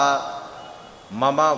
Mama